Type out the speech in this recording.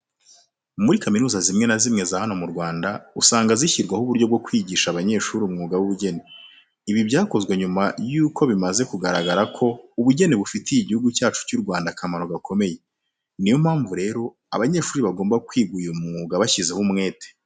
Muri kaminuza zimwe na zimwe za hano mu Rwanda, usanga zishyiraho uburyo bwo kwigisha abanyeshuri umwuga w'ubugeni. Ibi byakozwe nyuma yuko bimaze kugaragara ko ubugeni bufitiye Igihugu cyacu cy'u Rwanda akamaro gakomeye. Niyo mpamvu rero abanyeshuri bagomba kwiga uyu mwuga bashyizeho umwete.